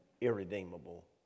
irredeemable